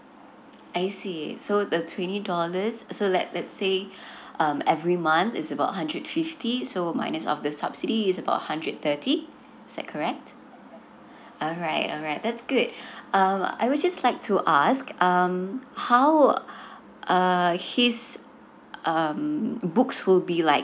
I see okay so the twenty dollars so let let's say um every month is about hundred fifty so minus of the subsidy is about hundred thirty is that correct alright alright that's good uh I would just like to ask um how err his um books will be like